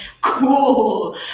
Cool